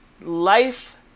life